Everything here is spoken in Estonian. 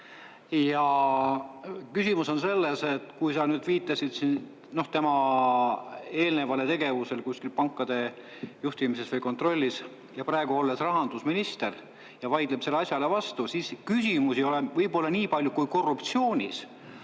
Ja küsimus on selles, et kui sa viitasid tema eelnevale tegevusele kuskil pankade juhtimises või kontrollis ja praegu, olles rahandusminister, vaidleb sellele asjale vastu, siis küsimus ei ole võib-olla nii palju korruptsioonis,